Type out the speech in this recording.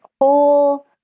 whole